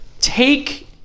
Take